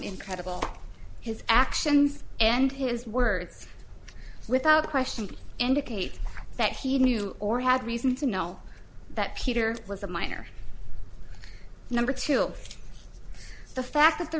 incredible his actions and his words without question indicate that he knew or had reason to know that peter was a minor number two the fact that the